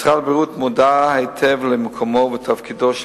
ומשרד הבריאות מודע היטב למקומו ותפקידו של